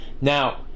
Now